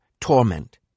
torment